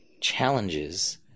challenges